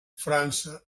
frança